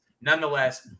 Nonetheless